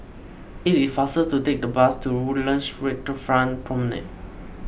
it is faster to take the bus to Woodlands Waterfront Promenade